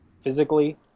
physically